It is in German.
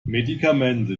medikamente